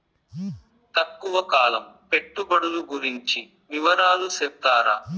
తక్కువ కాలం పెట్టుబడులు గురించి వివరాలు సెప్తారా?